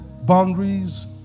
boundaries